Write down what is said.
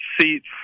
seats